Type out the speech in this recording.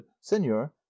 senor